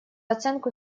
оценку